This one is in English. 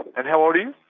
and how old are you.